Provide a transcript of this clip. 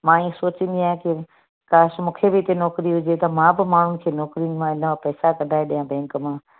मां ईअं सोचींदी आहियां की काश मूंखे बि हिते नौकिरी हुजे त मां बि माण्हुनि खे नौकिरी मां हिन मां पैसा कढाए ॾियां बैंक मां